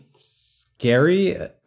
scary